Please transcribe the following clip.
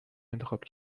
انتخاب